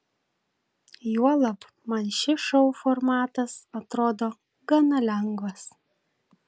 juolab man šis šou formatas atrodo gana lengvas